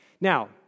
Now